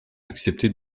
acceptait